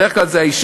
בדרך כלל זה האישה,